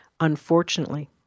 Unfortunately